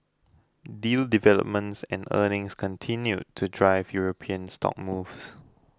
deal developments and earnings continued to drive European stock moves